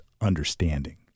understanding